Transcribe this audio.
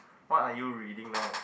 what are you reading now